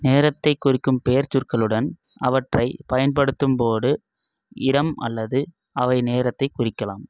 நேரத்தை குறிக்கும் பெயர்ச்சொற்களுடன் அவற்றை பயன்படுத்தும்போது இடம் அல்லது அவை நேரத்தை குறிக்கலாம்